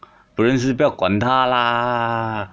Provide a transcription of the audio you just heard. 不认识不要管他啦